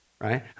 right